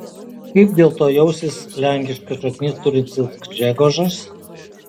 kaip dėl to jausis lenkiškas šaknis turintis gžegožas